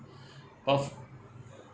of course